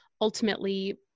ultimately